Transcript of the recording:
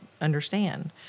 understand